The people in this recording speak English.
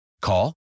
Call